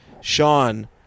sean